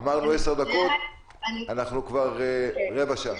אמרנו "עשר דקות", ואנחנו כבר ברבע שעה.